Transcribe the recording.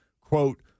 quote